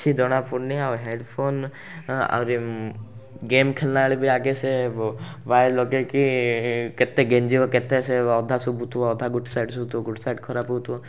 କିଛି ଜଣାପଡ଼ୁନି ଆଉ ହେଡ଼୍ଫୋନ୍ ଆହୁରି ଗେମ୍ ଖେଳିଲାବେଳେ ବି ଆଗେ ସେ ବ ୱାୟାର୍ ଲଗେଇକି କେତେ ଗେଂଜିବ କେତେ ସେ ଅଧା ସୁଭୁଥିବ ଅଧା ଗୋଟେ ସାଇଟ୍ ସୁଭୁଧିବ ଗୋଟେ ସାଇଟ୍ ଖରାପ ହେଉଥିବ